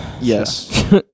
Yes